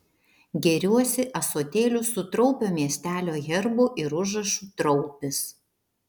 gėriuosi ąsotėliu su traupio miestelio herbu ir užrašu traupis